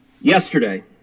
Yesterday